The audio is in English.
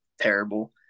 terrible